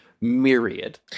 myriad